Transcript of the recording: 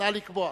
נא לקבוע.